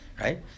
Right